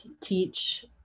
teach